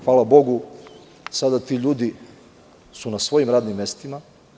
Hvala bogu, sada ti ljudi su na svojim radnim mestima.